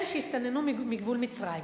אלה שהסתננו מגבול מצרים.